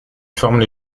forment